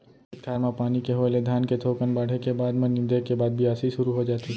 खेत खार म पानी के होय ले धान के थोकन बाढ़े के बाद म नींदे के बाद बियासी सुरू हो जाथे